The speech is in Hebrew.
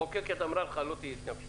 המחוקקת אמרה לך עכשיו שלא תהינה התנגשויות,